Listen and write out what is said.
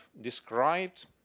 described